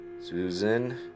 Susan